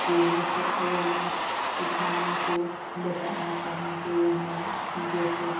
जिन में से अगर मैं कुछ नामों को बताना चाहूँ तो यह नाम जैसे